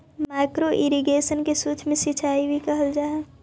micro irrigation के सूक्ष्म सिंचाई भी कहल जा हइ